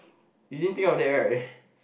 you didn't take out that right